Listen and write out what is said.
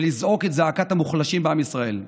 ולזעוק את זעקת המוחלשים בעם ישראל,